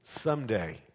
someday